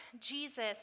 Jesus